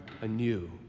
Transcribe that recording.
anew